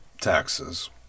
taxes